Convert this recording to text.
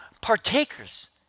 partakers